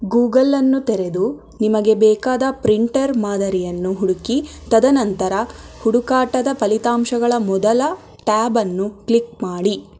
ಗೂಗಲ್ಲನ್ನು ತೆರೆದು ನಿಮಗೆ ಬೇಕಾದ ಪ್ರಿಂಟರ್ ಮಾದರಿಯನ್ನು ಹುಡುಕಿ ತದನಂತರ ಹುಡುಕಾಟದ ಫಲಿತಾಂಶಗಳ ಮೊದಲ ಟ್ಯಾಬನ್ನು ಕ್ಲಿಕ್ ಮಾಡಿ